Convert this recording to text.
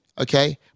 okay